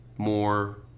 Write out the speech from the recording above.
more